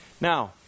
Now